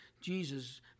Jesus